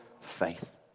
faith